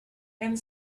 and